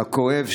הכואב,